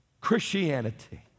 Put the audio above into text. Christianity